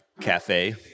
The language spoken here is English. cafe